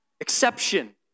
exception